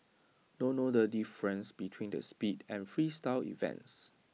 don't know the difference between the speed and Freestyle events